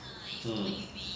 hmm